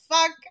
fuck